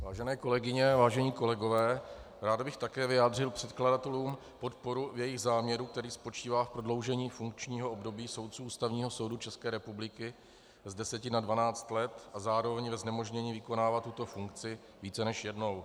Vážené kolegyně, vážení kolegové, rád bych také vyjádřil předkladatelům podporu v jejich záměru, který spočívá v prodloužení funkčního období soudců Ústavního soudu České republiky z deseti na dvanáct let a zároveň ve znemožnění vykonávat tuto funkci více než jednou.